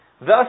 Thus